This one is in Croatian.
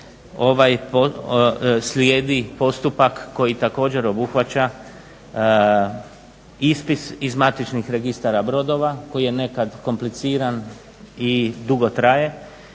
ovaj slijedi postupak koji također obuhvaća ispis iz matičnih registara brodova koji je nekad kompliciran i dugo traje,